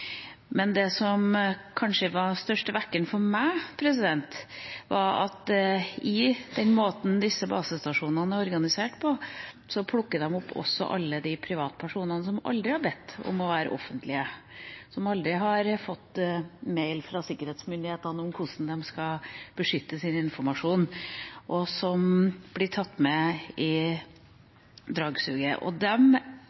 Det som kanskje var den største vekkeren for meg, var at gjennom den måten disse basestasjonene er organisert på, plukker man også opp informasjon fra alle de privatpersonene som aldri har bedt om å være offentlige, som aldri har fått mail fra sikkerhetsmyndighetene om hvordan de skal beskytte sin informasjon, og som blir tatt med i dragsuget.